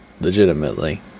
legitimately